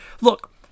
Look